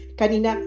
kanina